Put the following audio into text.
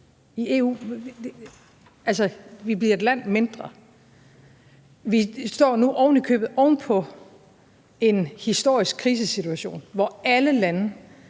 i EU. Altså, vi bliver et land mindre, og vi står nu ovenikøbet oven på en historisk krisesituation, hvor alle lande